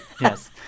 yes